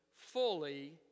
fully